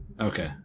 okay